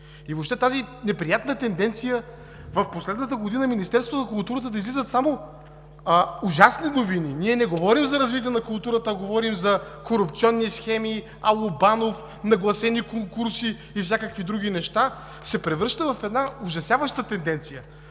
Въобще тази неприятна тенденция в последната година от Министерството на културата да излизат само ужасни новини – ние не говорим за развитие на културата, а говорим за корупционни схеми – „Ало, Банов съм“, нагласени конкурси и всякакви други неща, се превръща в една ужасяваща тенденция.